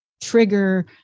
trigger